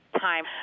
time